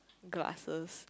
glasses